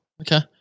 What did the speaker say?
Okay